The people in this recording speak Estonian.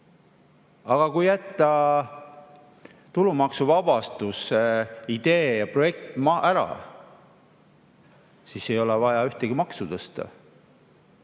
Aga kui jätta tulumaksuvabastuse idee ja projekt ära, siis ei ole vaja ühtegi maksu tõsta,